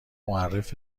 معرف